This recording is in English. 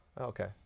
okay